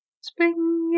Spring